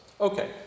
Okay